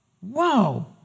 whoa